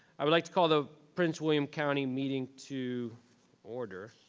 i would like to call the prince william county meeting to order,